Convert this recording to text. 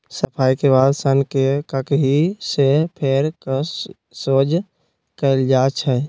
सफाई के बाद सन्न के ककहि से फेर कऽ सोझ कएल जाइ छइ